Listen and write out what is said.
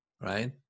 right